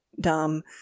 dumb